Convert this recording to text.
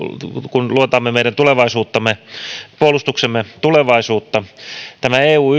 kun luotaamme meidän puolustuksemme tulevaisuutta tämän eu